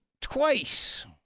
twice